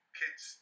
kids